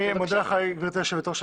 אני מודה לך, גברתי היושבת-ראש.